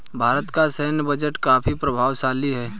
भारत का सैन्य बजट काफी प्रभावशाली है